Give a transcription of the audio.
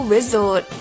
Resort